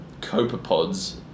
copepods